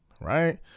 right